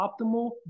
optimal